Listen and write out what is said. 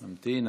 ממתין.